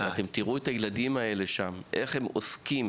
אתם תראו את הילדים האלה שם, איך הם עוסקים,